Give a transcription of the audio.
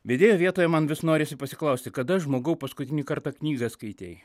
vedėjo vietoje man vis norisi pasiklausti kada žmogau paskutinį kartą knygą skaitei